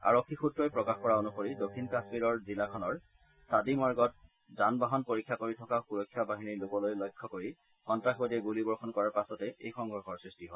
আৰক্ষী সূত্ৰই প্ৰকাশ কৰা অনুসৰি দক্ষিণ কাশ্মীৰৰ জিলাখনৰ ছাদিমাৰ্গত যানবাহন পৰীক্ষা কৰি থকা সূৰক্ষা বাহিনীৰ লোকলৈ লক্ষ্য কৰি সন্তাসবাদীয়ে গুলীবৰ্ষণ কৰাৰ পাছতে এই সংঘৰ্ষৰ সৃষ্টি হয়